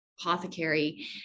apothecary